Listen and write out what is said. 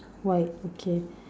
white okay